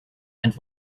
and